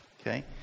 Okay